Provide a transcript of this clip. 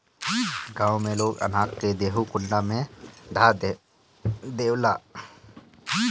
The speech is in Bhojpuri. गांव में लोग अनाज के देहरी कुंडा में ध देवेला